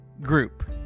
group